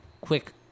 quick